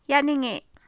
ꯌꯥꯅꯤꯡꯏ